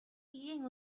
гэгээн